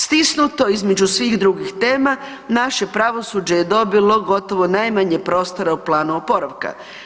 Stisnuto između svih drugih tema naše pravosuđe je dobilo gotovo najmanje prostora u planu oporavka.